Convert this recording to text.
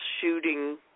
shooting